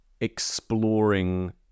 exploring